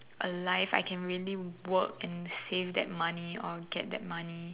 alive I can really work and save that money or get that money